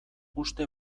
uste